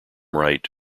right